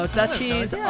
duchies